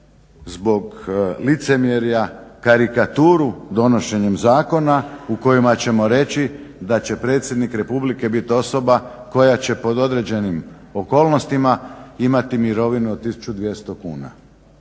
zbog licemjerja karikaturu donošenjem zakona u kojima ćemo reći da će predsjednik Republike bit osoba koja će pod određenim okolnostima imati mirovinu od 1200 kuna.